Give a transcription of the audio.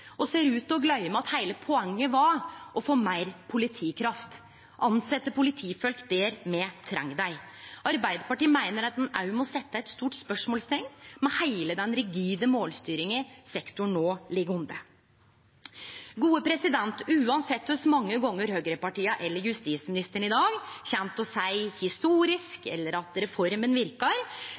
og ser ut til å gløyme at heile poenget var å få meir politikraft, tilsetje politifolk der me treng dei. Arbeidarpartiet meiner ein òg må setje eit stort spørsmålsteikn ved heile den rigide målstyringa sektoren no ligg under. Uansett kor mange gonger høgrepartia eller justisministeren i dag kjem til å seie «historisk» eller at reforma verkar,